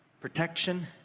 protection